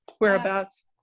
Whereabouts